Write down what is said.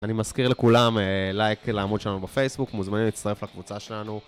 אני מזכיר לכולם לייק לעמוד שלנו בפייסבוק, מוזמנים להצטרף לקבוצה שלנו.